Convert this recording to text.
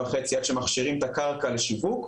שנה וחצי עד שמכשירים את הקרקע לשיווק,